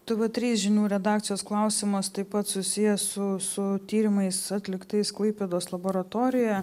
tv trys žinių redakcijos klausimas taip pat susijęs su su tyrimais atliktais klaipėdos laboratorijoje